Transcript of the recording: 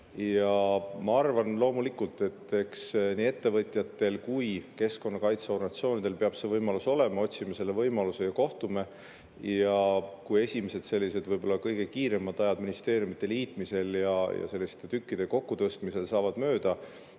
Ma arvan, loomulikult, et eks nii ettevõtjatel kui ka keskkonnakaitseorganisatsioonidel peab see võimalus olema. Otsime selle võimaluse ja kohtume. Kui esimesed kõige kiiremad ajad ministeeriumite liitmisel ja selliste tükkide kokkutõstmisel saavad mööda,